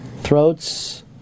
Throats